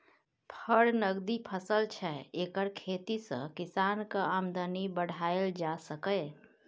फर नकदी फसल छै एकर खेती सँ किसानक आमदनी बढ़ाएल जा सकैए